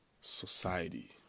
society